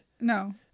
No